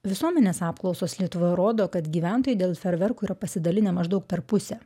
visuomenės apklausos lietuvoje rodo kad gyventojai dėl ferverkų yra pasidalinę maždaug per pusę